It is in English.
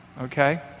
okay